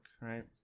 right